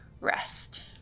rest